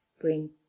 bring